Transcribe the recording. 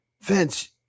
Vince